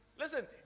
Listen